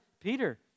Peter